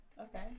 Okay